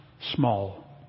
small